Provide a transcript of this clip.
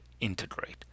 Integrate